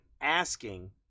asking